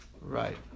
Right